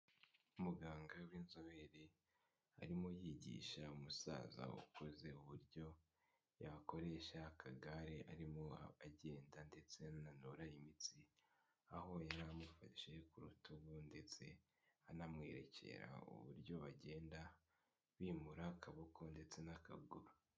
Muganga w'inzobere arimo yigisha umusaza ukuze uburyo yakoresha akagare arimo agenda ndetse ananura imitsi aho yari amufashe ku rutugu ndetse anamwerekera uburyo bagenda bimura akaboko ndetse n'akaguru.